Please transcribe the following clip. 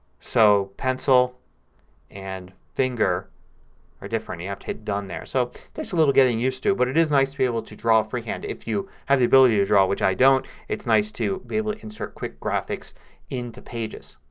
so pencil and finger are different. you have to hit done there. so it takes a little getting used to but it is nice to be able to draw freehand. if you have the ability to draw, which i don't, it's nice to be able to insert quick graphics into pages.